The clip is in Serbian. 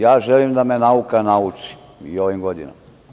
Ja želim da me nauka nauči i u ovim godinama.